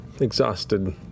exhausted